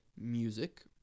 music